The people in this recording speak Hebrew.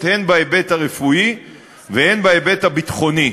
הן בהיבט הרפואי והן בהיבט הביטחוני.